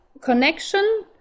connection